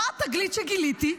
מה התגלית שגיליתי?